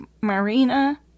Marina